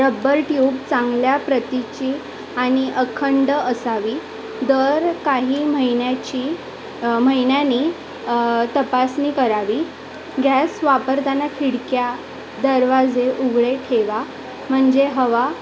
rubber tube चांगल्या प्रतीची आणि अखंड असावी दर काही महिन्याची महिन्यांनी तपासणी करावी गॅस वापरताना खिडक्या दरवाजे उघडे ठेवा म्हणजे हवा